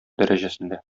дәрәҗәсендә